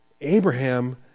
Abraham